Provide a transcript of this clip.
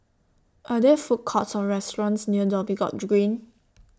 Are There Food Courts Or restaurants near Dhoby Ghaut Green